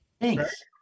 Thanks